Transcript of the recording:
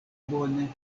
bone